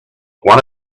one